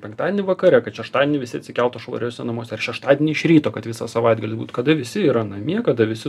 penktadienį vakare kad šeštadienį visi atsikeltų švariuose namuose ar šeštadienį iš ryto kad visą savaitgalį būt kada visi yra namie kada visi